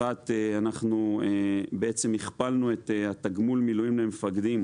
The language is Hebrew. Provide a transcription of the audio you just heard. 1. אנחנו בעצם הכפלנו את התגמול מילואים למפקדים